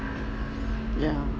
yeah